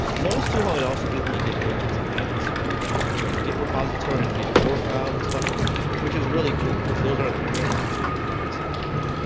notice to how it also gives me the ability to add it to you know create a git repository and get ignore files and stuff which is really cool cause those aren't things i wanted to do by myself, right?